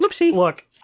look